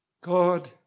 God